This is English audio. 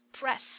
press